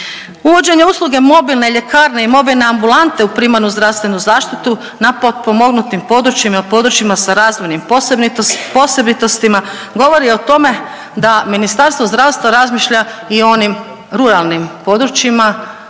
Uvođenje usluge mobilne ljekarne i mobilne ambulante u primarnu zdravstvenu zaštitu na potpomognutim područjima i u područjima sa razvojnim posebitostima govori o tome da Ministarstvo zdravstva razmišlja i onim ruralnim područjima